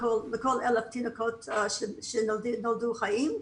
לכל אלף תינוקות שנולדו חיים,